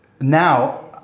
now